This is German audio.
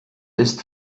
ist